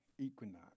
Equinox